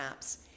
apps